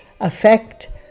Affect